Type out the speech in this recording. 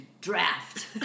draft